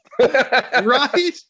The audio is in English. Right